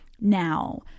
Now